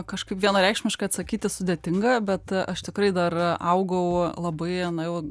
kažkaip vienareikšmiškai atsakyti sudėtinga bet aš tikrai dar augau labai na jau